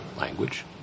language